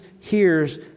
hears